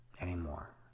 anymore